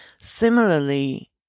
Similarly